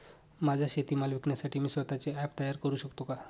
माझा शेतीमाल विकण्यासाठी मी स्वत:चे ॲप तयार करु शकतो का?